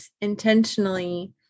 intentionally